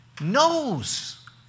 knows